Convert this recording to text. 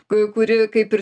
ku kuri kaip ir